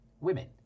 Women